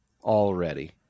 already